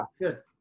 good